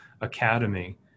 academy